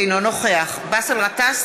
אינו נוכח באסל גטאס,